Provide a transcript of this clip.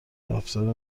رفتار